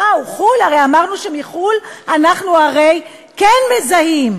וואו, חו"ל, הרי אמרנו שמחו"ל אנחנו כן מזהים.